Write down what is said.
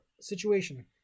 situation